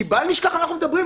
, בלי הארכות ובלי כלום.